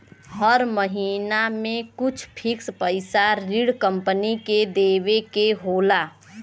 हर महिना में कुछ फिक्स पइसा ऋण कम्पनी के देवे के होला